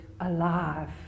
alive